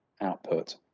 output